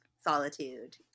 solitude